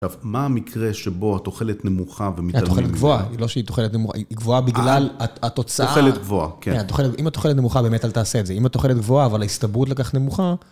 עכשיו, מה המקרה שבו התוחלת נמוכה ומתעלמת? התוחלת גבוהה, לא שהיא תוחלת נמוכה, היא גבוהה בגלל התוצאה. התוחלת גבוהה, כן. אם התוחלת נמוכה, באמת, אל תעשה את זה. אם התוחלת גבוהה, אבל ההסתברות לכך נמוכה...